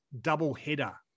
doubleheader